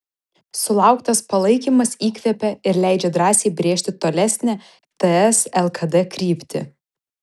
sulauktas palaikymas įkvepia ir leidžia drąsiai brėžti tolesnę ts lkd kryptį